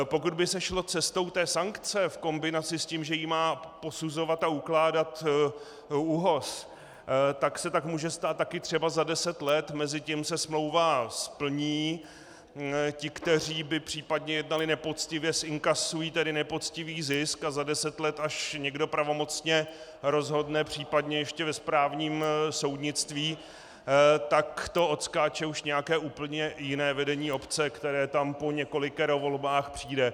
Pokud by se šlo cestou sankce v kombinaci s tím, že ji má posuzovat a ukládat ÚOHS, tak se tak může stát třeba za deset let, mezitím se smlouva splní, ti, kteří by případně jednali nepoctivě, zinkasují tedy nepoctivý zisk a za deset let, až někdo pravomocně rozhodne, případně ještě ve správním soudnictví, tak to odskáče už nějaké úplně jiné vedení obce, které tam po několikero volbách přijde.